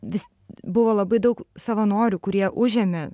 vis buvo labai daug savanorių kurie užėmė